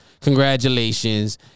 Congratulations